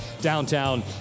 downtown